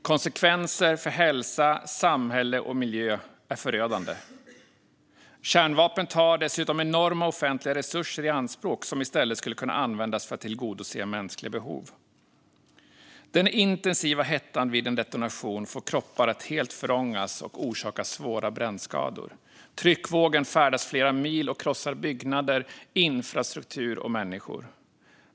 Konsekvenser för hälsa, samhälle och miljö är förödande. Kärnvapen tar dessutom enorma offentliga resurser i anspråk som i stället skulle kunna användas för att tillgodose mänskliga behov. Svenska Läkare mot Kärnvapen skriver vidare: "Den intensiva hettan vid en detonation får kroppar att helt förångas och orsakar svåra brännskador. Tryckvågen färdas flera mil och krossar byggnader, infrastruktur och människor.